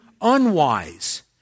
unwise